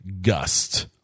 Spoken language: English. gust